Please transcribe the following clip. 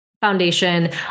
Foundation